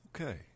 Okay